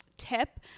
tip